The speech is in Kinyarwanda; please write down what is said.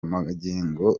magingo